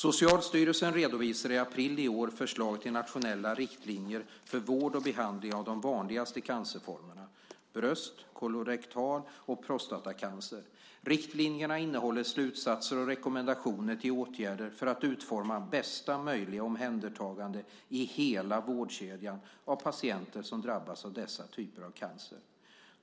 Socialstyrelsen redovisade i april i år förslag till nationella riktlinjer för vård och behandling av de vanligaste cancerformerna, bröst-, kolorektal och prostatacancer. Riktlinjerna innehåller slutsatser och rekommendationer till åtgärder för att utforma bästa möjliga omhändertagande i hela vårdkedjan av patienter som drabbats av dessa typer av cancer.